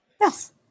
Yes